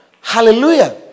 Hallelujah